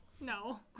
No